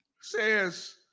says